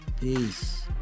peace